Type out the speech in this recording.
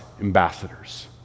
ambassadors